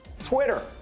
Twitter